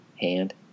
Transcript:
hand